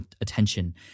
attention